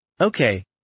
Okay